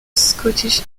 scottish